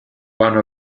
one